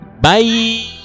Bye